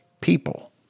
people